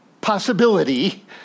possibility